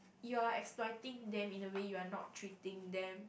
you are exploiting them in a way you are not treating them